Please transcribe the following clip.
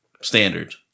standard